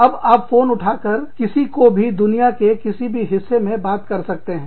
अब आप फोन उठाकर किसी को भी दुनिया के किसी भी हिस्से में बात कर सकते हैं